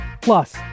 Plus